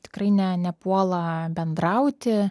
tikrai ne nepuola bendrauti